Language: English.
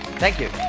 thank you.